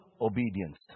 obedience